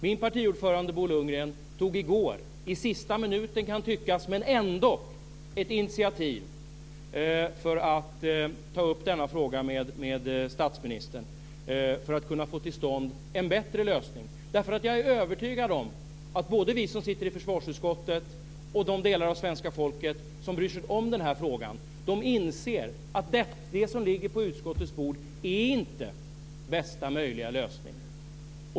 Min partiordförande Bo Lundgren tog i går - i sista minuten kan tyckas, men ändock - ett initiativ att ta upp denna fråga med statsministern för att få till stånd en bättre lösning. Jag är övertygad om att både vi som sitter i försvarsutskottet och de delar av svenska folket som bryr sig om frågan, inser att det som ligger på utskottets bord inte är bästa möjliga lösning.